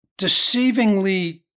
deceivingly